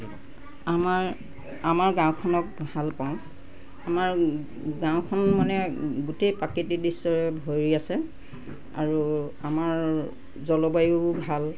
আমাৰ আমাৰ গাঁওখনক ভালপাওঁ আমাৰ গাঁওখন মানে গোটেই প্ৰাকৃতিক দৃশ্যৰে ভৰি আছে আৰু আমাৰ জলবায়ু ভাল